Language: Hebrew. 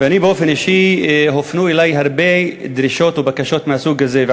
באופן אישי הופנו אלי הרבה דרישות או בקשות מהסוג הזה.